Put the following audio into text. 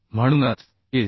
म्हणूनच IS